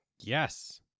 Yes